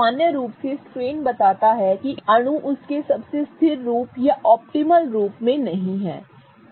सामान्य रूप से स्ट्रेन बताता है कि एक अणु उसके सबसे स्थिर रूप या ऑप्टिमल रूप में नहीं है